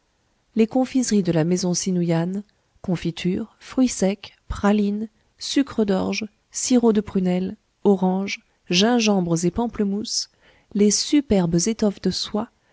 les confiseries de la maison sinuyane confitures fruits secs pralines sucres d'orge sirops de prunelles oranges gingembres et pamplemousses les superbes étoffes de soie